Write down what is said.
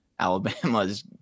Alabama's